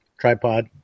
tripod